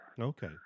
Okay